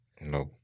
No